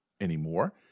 anymore